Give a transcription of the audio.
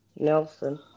Nelson